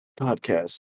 podcast